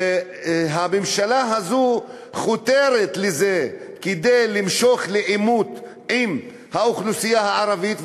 הממשלה הזו חותרת לזה כדי למשוך לעימות עם האוכלוסייה הערבית,